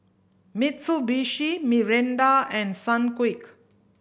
Mitsubishi Mirinda and Sunquick